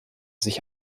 sich